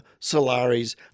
Solari's